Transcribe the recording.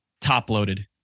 Top-loaded